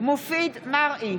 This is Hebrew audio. מופיד מרעי,